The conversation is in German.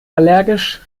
allergisch